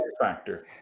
Factor